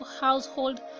household